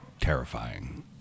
terrifying